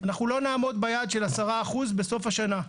אנחנו לא נעמוד ביעד של 10% בסוף השנה.